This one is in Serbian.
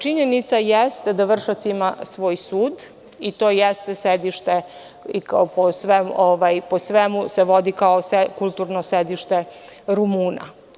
Činjenica jeste da Vršac ima svoj sud i to jeste sedište koje se po svemu vodi kao kulturno sedište Rumuna.